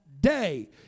day